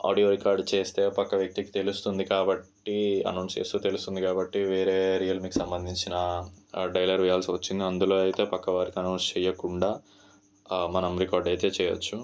audio record చేస్తే పక్క వ్యక్తికి తెలుస్తుంది కాబట్టి అనౌన్స్ చేస్తే తెలుస్తుంది కాబట్టి వేరే రియల్మీకి సంబంధించిన డైలరు వెయ్యాల్సి వచ్చింది అందులో పక్కవారికి అనౌన్స్ చెయ్యకుండా మనం రికార్డు అయితే చేయొచ్చు